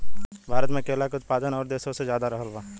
भारत मे केला के उत्पादन और देशो से ज्यादा रहल बा